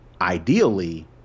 ideally